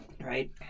right